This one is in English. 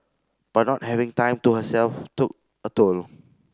but not having time to herself took a toll